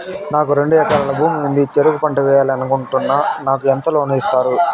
నాకు రెండు ఎకరాల భూమి ఉంది, చెరుకు పంట వేయాలని అనుకుంటున్నా, నాకు ఎంత లోను ఇస్తారు?